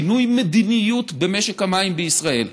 שינוי מדיניות במשק המים בישראל.